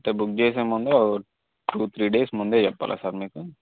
అంటే బుక్ చేసే ముందు ఒక టూ త్రి డేస్ ముందే చెప్పాలా సార్ మీకు